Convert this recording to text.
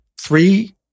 three